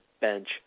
bench